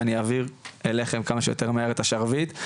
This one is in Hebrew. ואני אעביר אליכם כמה שיותר מהר את השרביט.